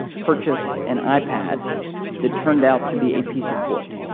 purchased an ipad that turned out to be a piece of wood.